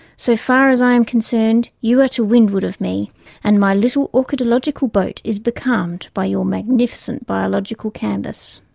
so far as i am concerned you are to windward of me and my little orchidological boat is becalmed by your magnificent biological canvas.